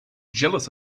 jealous